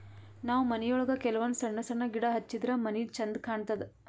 ನಾವ್ ಮನಿಯೊಳಗ ಕೆಲವಂದ್ ಸಣ್ಣ ಸಣ್ಣ ಗಿಡ ಹಚ್ಚಿದ್ರ ಮನಿ ಛಂದ್ ಕಾಣತದ್